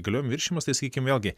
įgaliojimų viršijimas tai sakykim vėlgi